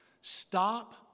Stop